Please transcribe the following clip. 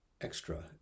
extra